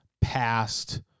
past